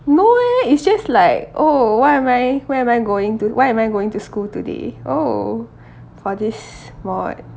no eh it's just like oh why am I why am I going to why am I going to school today oh for this mod